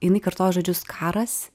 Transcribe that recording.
jinai kartojo žodžius karas